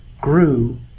grew